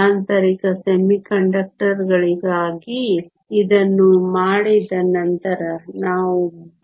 ಆಂತರಿಕ ಅರೆವಾಹಕಗಳಿಗಾಗಿ ಇದನ್ನು ಮಾಡಿದ ನಂತರ ನಾವು